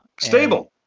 Stable